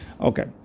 Okay